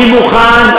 אני מוכן,